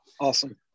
Awesome